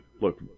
look